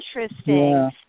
interesting